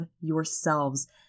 yourselves